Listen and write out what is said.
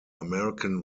american